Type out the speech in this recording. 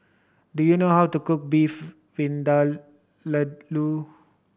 do you know how to cook Beef Vindaloo